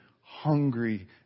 hungry